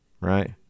right